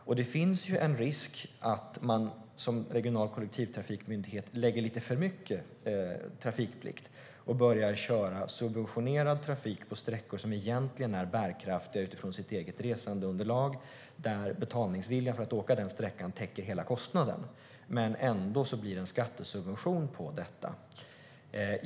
Som regional kollektivtrafikmyndighet finns det en risk att man lägger lite för mycket trafikplikt och börjar köra subventionerad trafik på sträckor som egentligen är bärkraftiga utifrån sitt eget resandeunderlag, då betalningen för att åka på den sträckan täcker hela kostnaden. Ändå blir det en skattesubvention på detta.